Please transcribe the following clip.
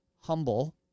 humble